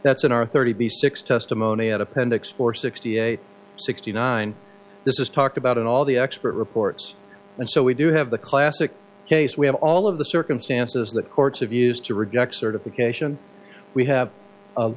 that's in our thirty six testimony at appendix four sixty eight sixty nine this is talked about in all the expert reports and so we do have the classic case we have all of the circumstances that courts have used to reject certification we have a